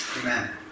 amen